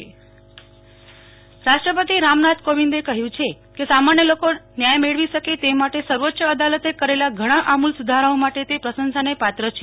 નેહ્લ ઠક્કર રાષ્ટ્રપતિ રાષ્ટ્રપતિ રામનાથ કોવિંદે કહ્યું છે કે સામાન્ય લોકો ન્યાય મેળવી શકે તે માટે સર્વોચ્ય અદાલતે કરેલા ઘણાં આમૂલ સુધારાઓ માટે તે પ્રશંસાને પાત્ર છે